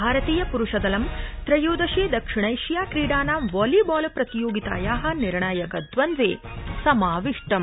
भारतीय पुरूषदलं त्रयोदशे दक्षिणैशिया क्रीडानां वॉलीबॉल प्रतियोगिताया निर्णायक द्वन्द्वे समाविष्टम्